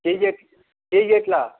KG ఎట్ KG ఎట్లా